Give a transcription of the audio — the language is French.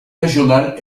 régional